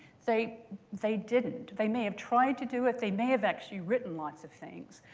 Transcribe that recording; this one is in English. they they didn't. they may have tried to do it. they may have actually written lots of things.